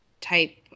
type